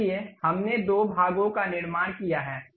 इसलिए हमने दो भागों का निर्माण किया है